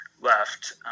left